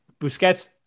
Busquets